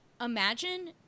imagine